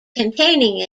containing